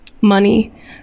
money